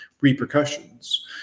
Repercussions